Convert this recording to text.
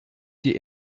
die